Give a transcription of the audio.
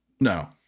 No